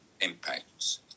impacts